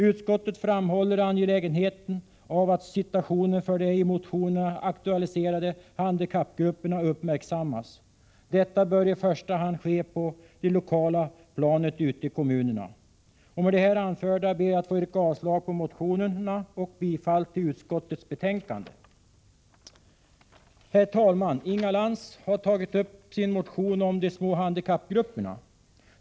Utskottet framhåller angelägenheten av att situationen för de i motionerna aktualiserade handikappgrupperna uppmärksammas. Detta bör i första hand ske på det lokala planet, ute i kommunerna. Med det anförda ber jag att få yrka avslag på motionerna och bifall till utskottets hemställan. Herr talman! Inga Lantz har i en motion väckt frågan om de små handikappgrupperna.